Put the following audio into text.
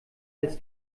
als